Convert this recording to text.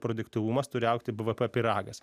produktyvumas turi augti bvp pyragas